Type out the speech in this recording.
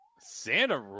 Santa